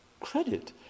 credit